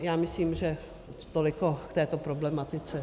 Já myslím, že toliko k této problematice.